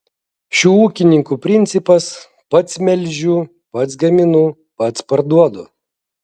šių ūkininkų principas pats melžiu pats gaminu pats parduodu